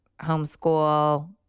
homeschool